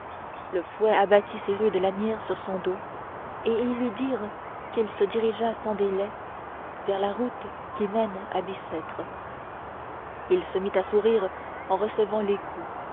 le fouet abattit ses rudes lanières sur son dos et ils lui dirent qu'il se dirigeât sans délai vers la route qui mène à bicêtre il se mit à sourire en recevant les coups